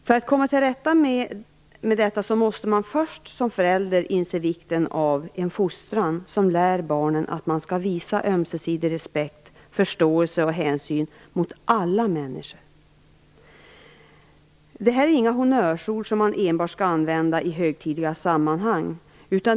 För att komma till rätta med detta måste man som förälder först inse vikten av en fostran som lär barnen att man skall visa respekt, förståelse och hänsyn för alla människor. Detta är inga honnörsord som man skall använda enbart i högtidliga sammanhang.